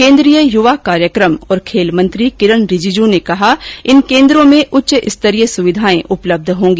केन्द्रीय युवा कार्यक्रम और खेल मंत्री किरेन रिजिजू ने कहा है कि इन केन्द्रों में उच्चस्तरीय सुविधाएं उपलब्ध होंगी